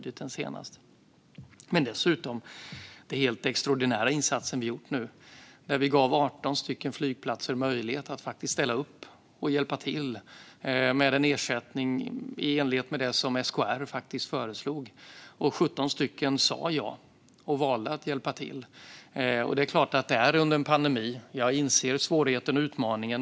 Dessutom gjorde vi en helt extraordinär insats nu när vi gav 18 flygplatser möjlighet att ställa upp och hjälpa till med en ersättning i enlighet med det som SKR föreslog. Och 17 flygplatser sa ja och valde att hjälpa till. Det pågår en pandemi, och jag inser svårigheten och utmaningen.